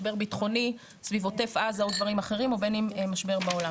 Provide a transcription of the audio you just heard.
משבר בטחוני סביב עוטף עזה או דברים אחרים ובין אם משבר בעולם.